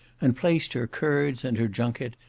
and placed her curds, and her junket,